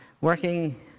working